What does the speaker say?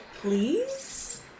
please